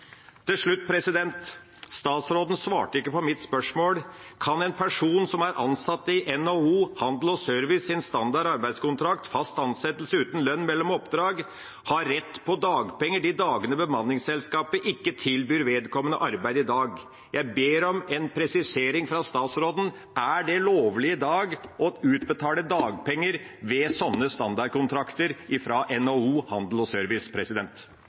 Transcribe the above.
Til slutt: Statsråden svarte ikke på mitt spørsmål. Kan en person som er ansatt på NHO Service og Handels standard arbeidskontrakt, fast ansettelse uten lønn mellom oppdrag, i dag ha rett på dagpenger de dagene bemanningsselskapet ikke tilbyr vedkommende arbeid? Jeg ber om en presisering fra statsråden: Er det i dag lovlig å utbetale dagpenger ved slike standardkontrakter fra NHO Service og Handel?